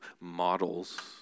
models